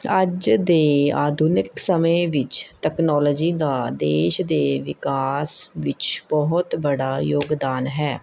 ਅੱਜ ਦੇ ਆਧੁਨਿਕ ਸਮੇਂ ਵਿੱਚ ਟੈਕਨੋਲੋਜੀ ਦਾ ਦੇਸ਼ ਦੇ ਵਿਕਾਸ ਵਿੱਚ ਬਹੁਤ ਬੜਾ ਯੋਗਦਾਨ ਹੈ